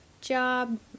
Job